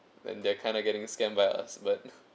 then they're kind of getting scammed by us but